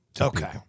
Okay